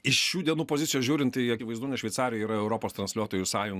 iš šių dienų pozicijos žiūrint tai akivaizdu nes šveicarai yra europos transliuotojų sąjun